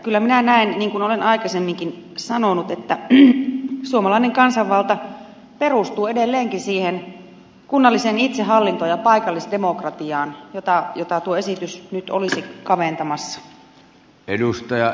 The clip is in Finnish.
kyllä minä näen niin kuin olen aikaisemminkin sanonut että suomalainen kansanvalta perustuu edelleenkin siihen kunnalliseen itsehallintoon ja paikallisdemokratiaan jota tuo esitys nyt olisi kaventamassa